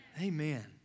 Amen